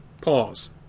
Pause